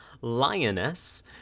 Lioness